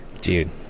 Dude